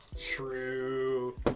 True